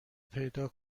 پیدا